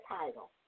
title